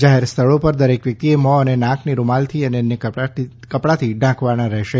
જાહેર સ્થળી પર દરેક વ્યક્તિએ મોં અને નાકને રૂમાલથી કે અન્ય કપડાંથી ઢાંકવાના રહેશે